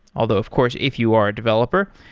although of course if you are a developer,